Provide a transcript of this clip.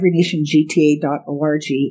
everynationgta.org